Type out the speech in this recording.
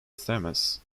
thames